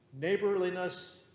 neighborliness